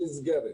נסגרת.